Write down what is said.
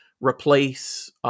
replace